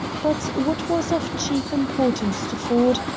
but, what was of chief importance to ford,